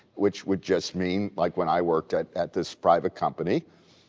which would just mean like when i worked at at this private company,